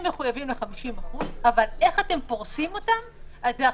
משמש בעבור אימון או תחרות של ספורטאי מקצועי בלבד ";".